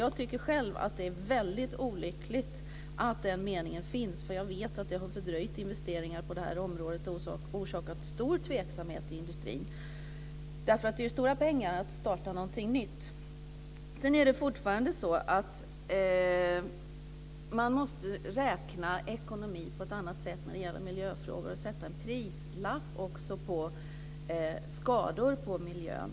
Jag tycker själv att det är väldigt olyckligt att den meningen infördes. Jag vet att den har fördröjt investeringar på det här området och orsakat stor tveksamhet i industrin. Det krävs ju stora pengar för att starta någonting nytt. Det är vidare så att man måste beräkna ekonomi på ett avvikande sätt när det gäller miljöfrågor och sätta en prislapp också på skador på miljön.